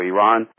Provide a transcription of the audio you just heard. Iran